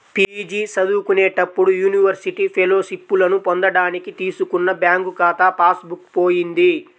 PG చదువుకునేటప్పుడు university ఫెలోషిప్పులను పొందడానికి తీసుకున్న బ్యాంకు ఖాతా పాస్ బుక్ పోయింది